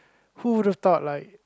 who would've thought like